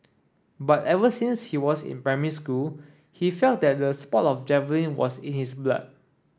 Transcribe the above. but ever since he was in primary school he felt that the sport of javelin was it is blood